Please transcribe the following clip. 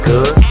Good